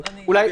אולי,